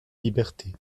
liberté